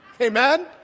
Amen